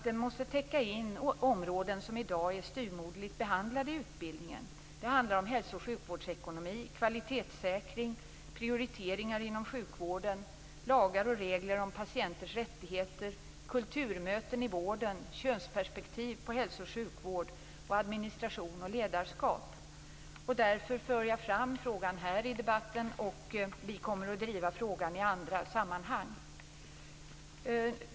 Den skulle täcka in områden som i dag är styvmoderligt behandlade i utbildningen: hälso och sjukvårdsekonomi, kvalitetssäkring, prioriteringar inom sjukvården, lagar och regler om patienters rättigheter, kulturmöten i vården, könsperspektiv på hälso och sjukvård samt administration och ledarskap. Det är därför som jag för fram frågan här i debatten. Vi kommer att driva den också i andra sammanhang.